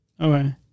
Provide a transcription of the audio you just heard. Okay